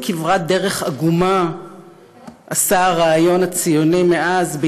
איזו כברת דרך עגומה עשה הרעיון הציוני מאז,